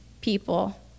people